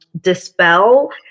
dispel